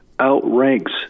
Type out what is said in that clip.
outranks